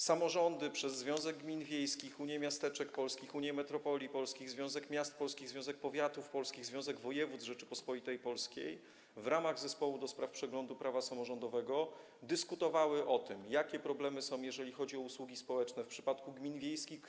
Samorządy przez Związek Gmin Wiejskich RP, Unię Miasteczek Polskich, Unię Metropolii Polskich, Związek Miast Polskich, Związek Powiatów Polskich, Związek Województw Rzeczypospolitej Polskiej, w ramach Zespołu ds. przeglądu prawa samorządowego, dyskutowały o tym, jakie są problemy, jeżeli chodzi o usługi społeczne w przypadku gmin wiejskich.